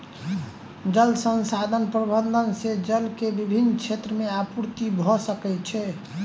जल संसाधन प्रबंधन से जल के विभिन क्षेत्र में आपूर्ति भअ सकै छै